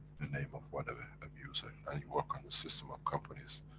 the name of whatever, abuser. and you work on the system of companies,